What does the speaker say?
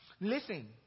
Listen